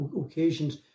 occasions